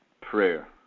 prayer